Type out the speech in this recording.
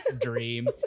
dream